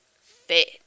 fit